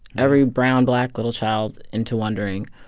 every brown, black little child, into wondering,